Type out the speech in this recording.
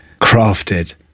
crafted